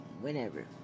whenever